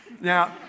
Now